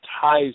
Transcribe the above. ties